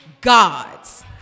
gods